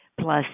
plus